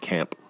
Camp